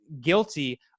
guilty